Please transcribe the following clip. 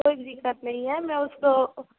कोई दिक्कत नहीं है मैं उसको